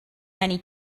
many